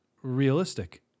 Realistic